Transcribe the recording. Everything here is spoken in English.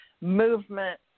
movement